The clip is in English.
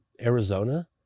Arizona